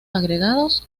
agregados